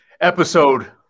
episode